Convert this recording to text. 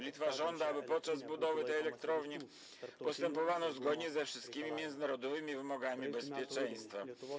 Litwa żąda, aby podczas budowy tej elektrowni postępowano zgodnie ze wszystkimi międzynarodowymi wymogami dotyczącymi bezpieczeństwa.